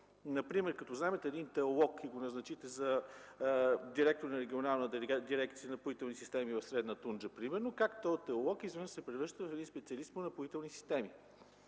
Например, като вземете един теолог и го назначите за директор на Регионална дирекция „Напоителни системи” в Средна Тунджа, как този теолог изведнъж се превръща в специалист по напоителни системи?